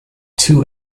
two